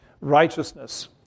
righteousness